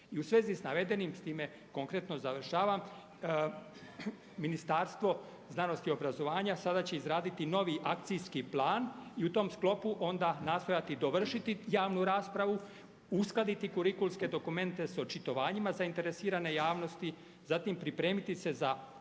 I u svezi sa navedenim s time konkretno završavam. Ministarstvo znanosti, obrazovanja sada će izraditi novi akcijski plan i u tom sklopu onda nastojati dovršiti javnu raspravu, uskladiti kurikulske dokumente s očitovanjima zainteresirane javnosti, zatim pripremiti se za provedbu